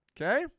Okay